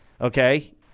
Okay